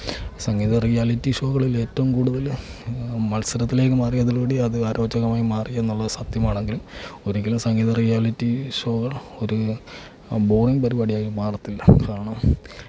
സംഗീത reality ഷോകളിൽ ഏറ്റവും കൂടുതല് മത്സരത്തിലേക്ക് മാറിയതിലൂടെ അത് അരോചകമായി മാറി എന്നുള്ളത് സത്യമാണെങ്കിലും ഒരിക്കലും സംഗീത റിയാലിറ്റി ഷോകൾ ഒര് ബോറിങ് പരിപാടിയായി മാറത്തില്ല കാരണം